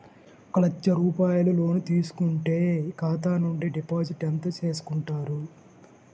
ఒక లక్ష రూపాయలు లోన్ తీసుకుంటే ఖాతా నుండి డిపాజిట్ ఎంత చేసుకుంటారు?